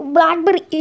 Blackberry